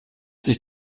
sich